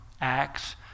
Acts